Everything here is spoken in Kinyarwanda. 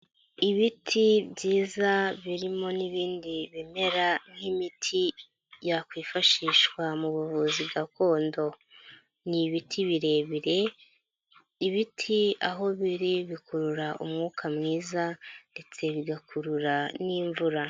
Ibiti byiza birimo n'ibindi bimera nk'imiti yakwifashishwa mu buvuzi gakondo. Ni ibiti birebire, ibiti aho biri bikurura umwuka mwiza ndetse bigakurura n'imvura.